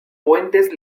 puentes